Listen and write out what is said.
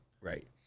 right